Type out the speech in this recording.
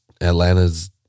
Atlanta's